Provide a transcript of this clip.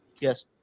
Yes